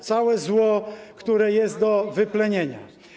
całe zło, które jest do wyplenienia.